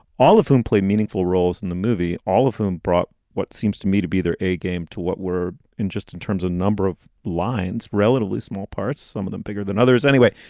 all of whom play meaningful roles in the movie, all of whom brought what seems to me to be their a game to what we're in, just in terms of number of lines, relatively small parts, some of them bigger than others anyway.